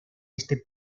este